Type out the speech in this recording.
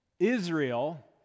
Israel